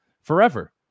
forever